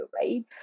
right